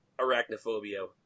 arachnophobia